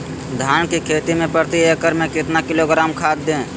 धान की खेती में प्रति एकड़ में कितना किलोग्राम खाद दे?